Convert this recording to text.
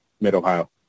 mid-Ohio